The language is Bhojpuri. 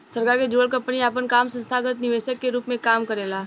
सरकार से जुड़ल कंपनी आपन काम संस्थागत निवेशक के रूप में काम करेला